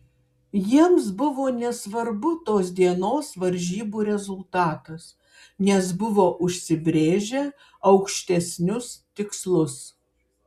jiems buvo nesvarbu tos dienos varžybų rezultatas nes buvo užsibrėžę aukštesnius tikslus